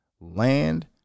land